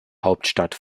hauptstadt